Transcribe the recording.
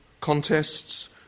contests